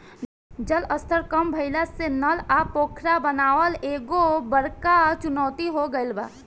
जल स्तर कम भइला से नल आ पोखरा बनावल एगो बड़का चुनौती हो गइल बा